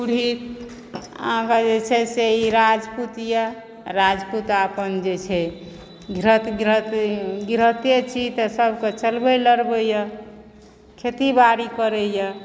पुरोहित आगाँ जे छै से ई राजपूत यऽ राजपूत अपन जे छै गृहस्थ गृहस्थे छी तऽ सभके चलबै लरबै यऽ खेती बारी करयए